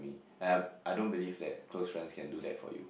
and I I don't believe that close friends can do that for you